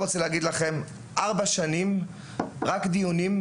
במשך ארבע שנים ערכנו רק דיונים,